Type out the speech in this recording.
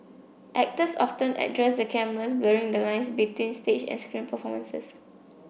actors often addressed the cameras blurring the lines between stage and screen performances